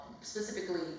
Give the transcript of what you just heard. specifically